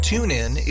TuneIn